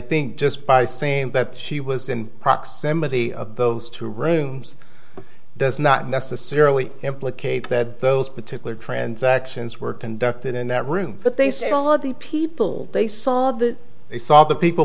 think just by saying that she was in proximity of those two rooms does not necessarily implicate that those particular transactions were conducted in that room but they said all of the people they saw that they saw the people